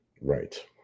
Right